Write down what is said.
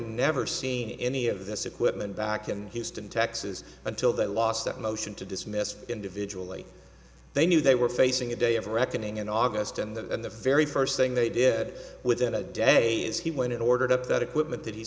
never see any of this equipment back in houston texas until they lost that motion to dismiss individually they knew they were facing a day of reckoning in august and the very first thing they did within a day is he went in ordered up that equipment